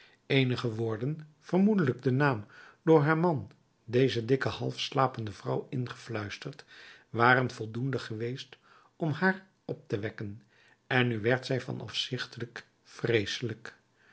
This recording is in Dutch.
eenige woorden vermoedelijk de naam door haar man deze dikke halfslapende vrouw ingefluisterd waren voldoende geweest om haar op te wekken en nu werd zij van afzichtelijk vreeselijk